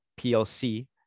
PLC